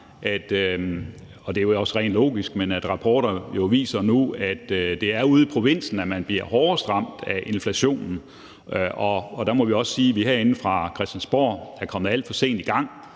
og det er jo også logisk, at rapporter nu viser, at det er ude i provinsen, man bliver hårdest ramt af inflationen, og der må vi også sige, at vi herinde fra Christiansborg er kommet alt for sent i gang